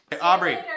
Aubrey